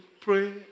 Pray